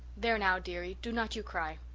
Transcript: there now, dearie, do not you cry.